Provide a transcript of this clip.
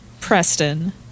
Preston